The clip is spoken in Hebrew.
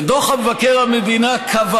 דוח מבקר המדינה קבע